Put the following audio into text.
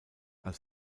als